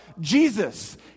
Jesus